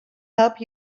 help